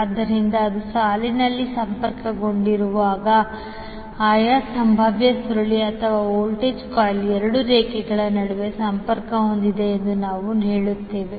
ಆದ್ದರಿಂದ ಅದು ಸಾಲಿನಲ್ಲಿ ಸಂಪರ್ಕಗೊಂಡಿರುವಾಗ ಆಯಾ ಸಂಭಾವ್ಯ ಸುರುಳಿ ಅಥವಾ ವೋಲ್ಟೇಜ್ ಕಾಯಿಲ್ ಎರಡು ರೇಖೆಗಳ ನಡುವೆ ಸಂಪರ್ಕ ಹೊಂದಿದೆ ಎಂದು ನಾವು ಹೇಳುತ್ತೇವೆ